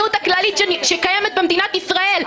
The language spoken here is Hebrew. במדיניות הכללית שקיימת במדינת ישראל.